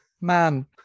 man